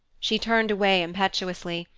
she turned away impetuously,